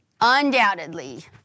undoubtedly